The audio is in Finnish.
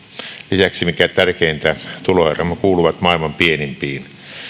lisäksi mikä tärkeintä tuloeromme kuuluvat maailman pienimpiin